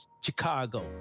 Chicago